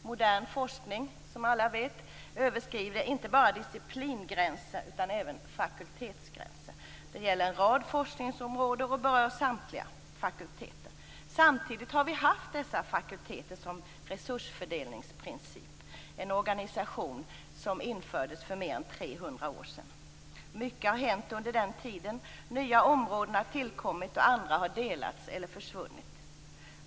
Modern forskning överskrider inte bara disciplingränser utan även fakultetsgränser. Detta gäller en rad forskningsområden och berör samtliga fakulteter. Samtidigt har vi haft dessa fakulteter som resursfördelningsprincip, en organisation som infördes för mer 300 år sedan. Mycket har hänt under den tiden, nya områden har tillkommit och andra har delats eller försvunnit.